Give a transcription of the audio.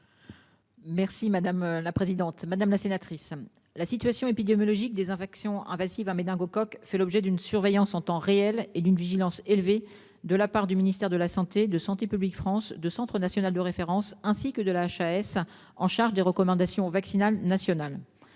Merci madame la présidente, madame la sénatrice. La situation épidémiologique des infections invasives à méningocoques fait l'objet d'une surveillance en temps réel et d'une vigilance élevée de la part du ministère de la santé de santé publique France 2 Centre national de référence, ainsi que de la HAS en charge des recommandations vaccinales nationale